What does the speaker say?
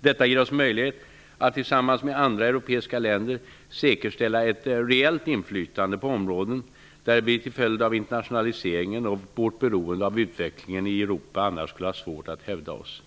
Detta ger oss möjlighet att tillsammans med andra europeiska länder säkerställa ett reellt inflytande på områden där vi till följd av internationaliseringen och vårt beroende av utvecklingen i Europa annars skulle ha svårt att hävda oss.